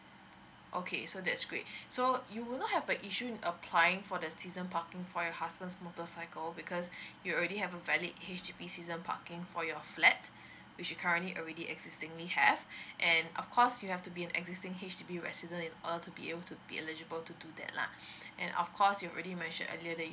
okay so that's great so you will not have a issue in applying for the season parking for your husband's motorcycle because you already have a valid H_D_B season parking for your flat which currently already existing we have and of course you have to be an existing H_D_B resident it order to be able to be eligible to do that lah and of course you already mentioned earlier that